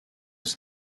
aux